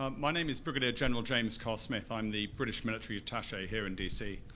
ah my name is brigadier general james carl smith, i'm the british military attache here in d c.